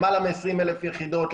למעלה מ-20,000 יחידות,